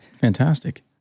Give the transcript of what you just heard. Fantastic